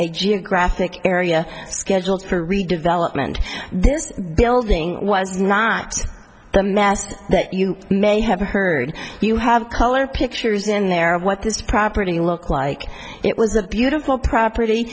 a geographic area scheduled for redevelopment this building was not a mass that you may have heard you have color pictures in there of what this property looked like it was a beautiful property